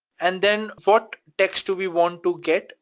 and then what text do we want to get?